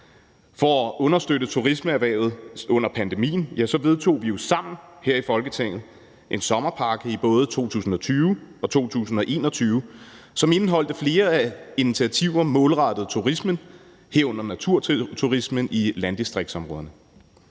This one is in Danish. For at understøtte turismeerhvervet under pandemien vedtog vi jo sammen her i Folketinget en sommerpakke i både 2020 og 2021, som indeholdt flere initiativer målrettet turismen, herunder naturturismen i landdistriktsområderne.